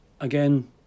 Again